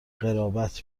قرابت